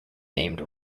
named